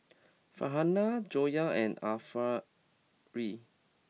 Farhanah Joyah and Arifa